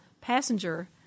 passenger